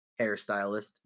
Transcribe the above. Hairstylist